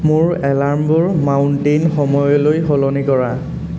মোৰ এলাৰ্মবোৰ মাউণ্টেইন সময়লৈ সলনি কৰা